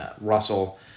Russell